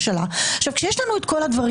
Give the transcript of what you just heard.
כי הכול קשור לכול,